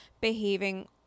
behaving